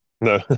No